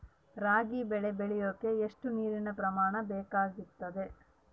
ರಾಗಿ ಬೆಳೆ ಬೆಳೆಯೋಕೆ ಎಷ್ಟು ನೇರಿನ ಪ್ರಮಾಣ ಬೇಕಾಗುತ್ತದೆ?